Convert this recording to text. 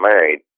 married